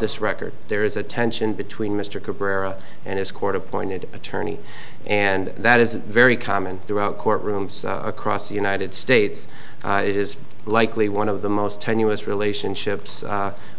this record there is a tension between mr cabrera and his court appointed attorney and that is very common throughout courtrooms across the united states it is likely one of the most tenuous relationships